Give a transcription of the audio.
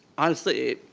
honestly,